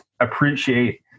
appreciate